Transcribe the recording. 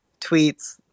tweets